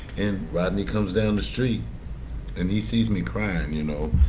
and rodney comes down the street and he sees me crying, you know?